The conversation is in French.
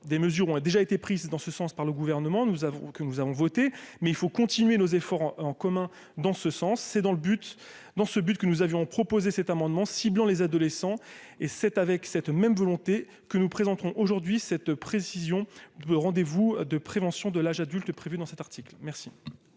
des mesures ont déjà été prises dans ce sens par le gouvernement, nous avons que nous avons voté mais il faut continuer nos efforts en commun dans ce sens, c'est dans le but dans ce but que nous avions proposé cet amendement ciblant les adolescents et c'est avec cette même volonté que nous présenterons aujourd'hui cette précision de rendez-vous de prévention de l'âge adulte est prévu dans cet article, merci.